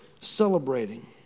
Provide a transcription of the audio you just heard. celebrating